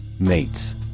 mates